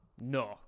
No